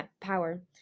power